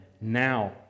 now